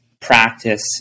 practice